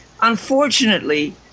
unfortunately